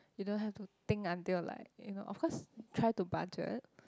you don't have to think until like you know of course try to budget